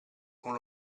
con